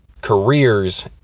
careers